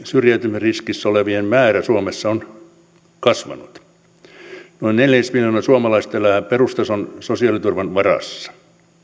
syrjäytymisriskissä olevien määrä suomessa on kasvanut noin neljännesmiljoona suomalaista elää perustason sosiaaliturvan varassa